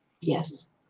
Yes